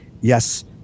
yes